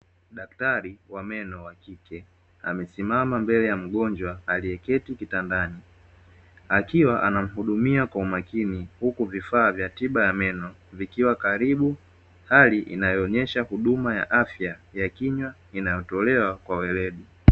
Daktari wa meno wa kike amesimama mbele ya mgonjwa aliyeketi kitandani, akiwa anamhudumia kwa umakini huku vifaa vya tiba ya meno vikiwa karibu, hali inayoonyesha huduma ya afya ya kinywa inayotolewa kwa weledi.